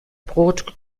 brot